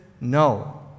no